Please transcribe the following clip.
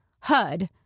HUD